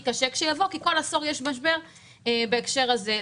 קשה כשיבוא כי בכל עשור יש משבר בהקשר הזה.